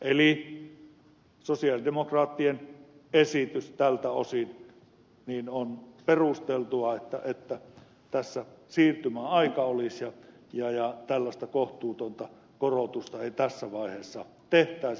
eli tältä osin sosialidemokraattien esitys on perusteltu että tässä olisi siirtymäaika ja tällaista kohtuutonta korotusta ei tässä vaiheessa tehtäisi